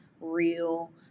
real